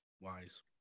Wise